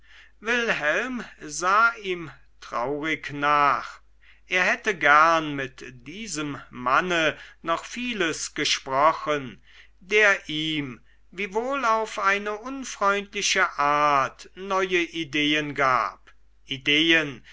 wilhelm sah ihm traurig nach er hätte gern mit diesem manne noch vieles gesprochen der ihm wiewohl auf eine unfreundliche art neue ideen gab ideen